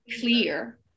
clear